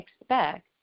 expect